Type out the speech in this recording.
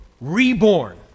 reborn